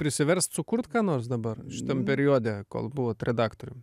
prisiverst sukurt ką nors dabar tam periode kol buvot redaktorium